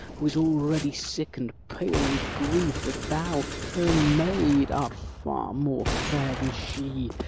who is already sick and pale with grief, that thou her maid art far more fair than she